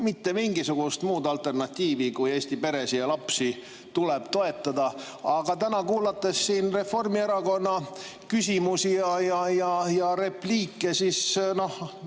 mitte mingisugust muud alternatiivi, kui et Eesti peresid ja lapsi tuleb toetada. Aga kuulates siin Reformierakonna küsimusi ja repliike, siis noh,